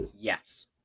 yes